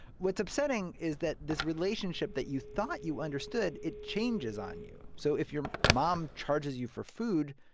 what's upsetting is that this relationship that you thought you understood it changes on you. so if your mom charges you for food,